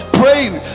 praying